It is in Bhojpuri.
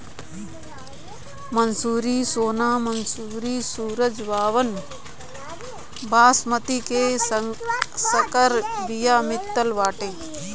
मंसूरी, सोना मंसूरी, सरजूबावन, बॉसमति के संकर बिया मितल बाटे